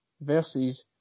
versus